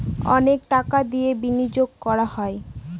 অনেক টাকা দিয়ে বিনিয়োগ করা হয়